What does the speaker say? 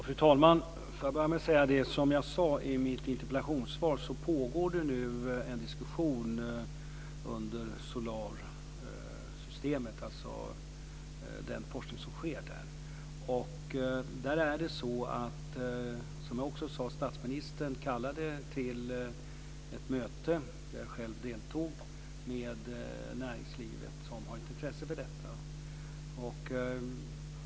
Fru talman! Jag vill börja med att säga det som jag sade i mitt interpellationssvar: Det pågår en diskussion om solarsystemet och den forskning som sker där. Som jag också sade så kallade statsministern till ett möte, där jag själv deltog, med näringslivet som har ett intresse för detta.